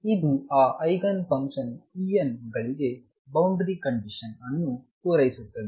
ಇದು ಆ eigen function En ಗಳಿಗೆ ಬೌಂಡರಿ ಕಂಡೀಶನ್ ಅನ್ನು ಪೂರೈಸುತ್ತದೆ